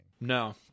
No